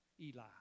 Eli